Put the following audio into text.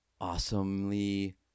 awesomely